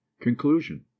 Conclusion